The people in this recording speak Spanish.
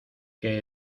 que